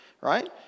right